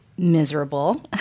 miserable